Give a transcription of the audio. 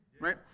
right